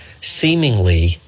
seemingly